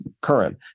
current